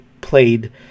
played